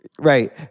Right